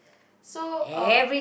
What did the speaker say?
so uh